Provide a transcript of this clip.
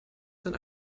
sein